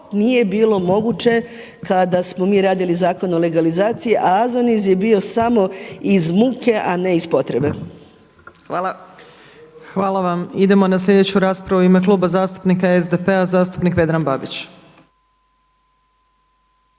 nije bilo moguće kada smo mi radili Zakon o legalizaciji, AZONIZ je bio samo iz muke, a ne iz potrebe. Hvala. **Opačić, Milanka (SDP)** Hvala vam. Idemo na sljedeću raspravu. U ime Kluba zastupnika SDP-a zastupnik Vedran Babić.